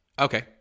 Okay